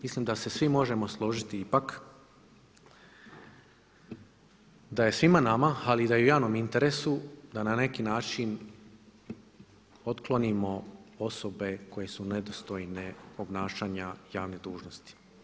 Mislim da se svi možemo složiti ipak da je svima nama ali da je i u javnom interesu da na neki način otklonimo osobe koje s nedostojne obnašanja javne dužnosti.